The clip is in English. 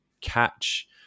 catch